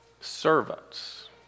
servants